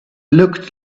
looked